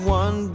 one